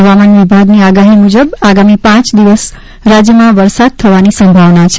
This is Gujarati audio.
હવામાન વિભાગની આગાહી મુજબ આગામીપાંચ દિવસ રાજ્યમાં વરસાદ થવાની સંભાવના છે